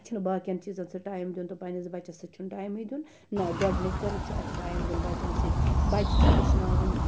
اَسہِ چھُ نہٕ باقیَن چیٖزَن سۭتۍ ٹایم دیُن تہٕ پَننِس بَچَس سۭتۍ چھُنہٕ ٹایمٕے دیُن نہَ گۄڈٕنیٚتھ چھُ اَسہِ ٹایم دیُن بَچَن سۭتۍ بَچہِ چھِ ہیٚچھناوٕنۍ